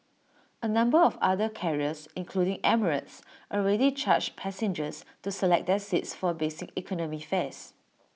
A number of other carriers including emirates already charge passengers to select their seats for basic economy fares